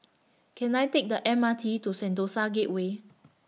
Can I Take The M R T to Sentosa Gateway